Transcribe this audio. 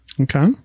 Okay